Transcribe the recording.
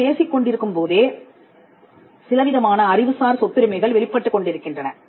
நாம் பேசிக்கொண்டிருக்கும்போதே சிலவிதமான அறிவுசார் சொத்துரிமைகள் வெளிப்பட்டுக் கொண்டிருக்கின்றன